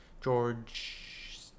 George